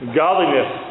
godliness